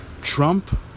Trump